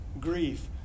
grief